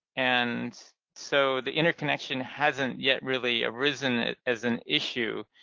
and so the interconnection hasn't yet really arisen as an issue.